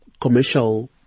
commercial